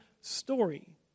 story